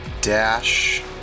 dash